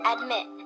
admit